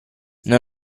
non